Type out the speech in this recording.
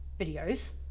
videos